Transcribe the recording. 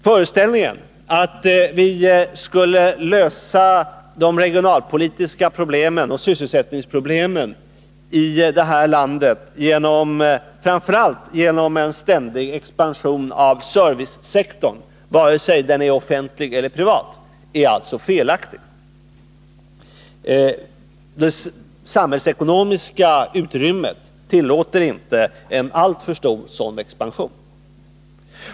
Föreställningen att vi skulle lösa de regionalpolitiska problemen och sysselsättningsproblemen i det här landet framför allt genom en ständig expansion av servicesektorn — vare sig den är offentlig eller privat — är alltså felaktig. Det samhällsekonomiska utrymmet tillåter inte en alltför stor sådan expansion.